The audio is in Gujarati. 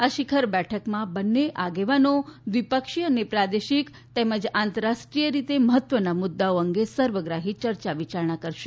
આ શિખર બેઠકમાં બંને આગેવાનો દ્વીપક્ષીય અને પ્રાદેશિક તેમજ આંતરરાષ્ટ્રીય મહત્વના મુદ્દાઓ અંગે સર્વગ્રાહી ચર્ચા વિયારણા કરશે